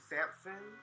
Sampson